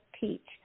Peach